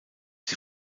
sie